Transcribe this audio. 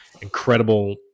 incredible